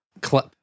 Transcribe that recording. clip